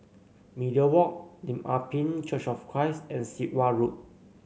Media Walk Lim Ah Pin Church of Christ and Sit Wah Road